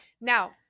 Now